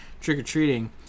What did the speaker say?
trick-or-treating